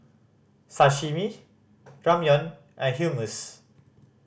Sashimi Ramyeon and Hummus